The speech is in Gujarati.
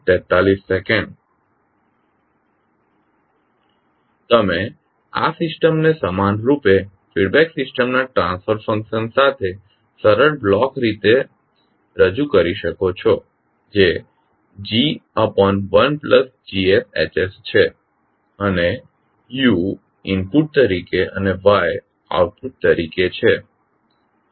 તમે આ સિસ્ટમને સમાન રૂપે ફીડબેક સિસ્ટમના ટ્રાન્સફર ફંક્શન સાથે સરળ બ્લોક તરીકે રજૂ કરી શકો છો જે G1GsH છે અને U ઇનપુટ તરીકે અને Y આઉટપુટ તરીકે છે